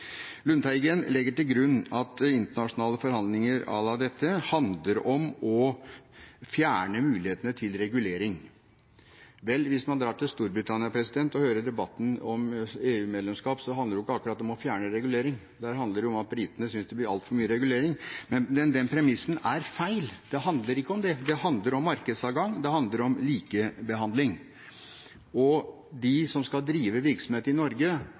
Lundteigen legger til grunn at internasjonale forhandlinger à la dette handler om å fjerne mulighetene til regulering. Vel, hvis man drar til Storbritannia og hører debatten om EU-medlemskap, handler det ikke akkurat om å fjerne regulering, der handler det om at britene synes det blir altfor mye regulering. Men den premissen er feil. Det handler ikke om det, det handler om markedsadgang, det handler om likebehandling, og de som skal drive virksomhet i Norge,